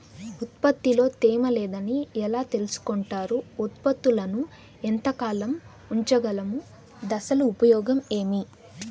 ఉత్పత్తి లో తేమ లేదని ఎలా తెలుసుకొంటారు ఉత్పత్తులను ఎంత కాలము ఉంచగలము దశలు ఉపయోగం ఏమి?